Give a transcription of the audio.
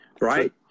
Right